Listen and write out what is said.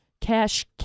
Cash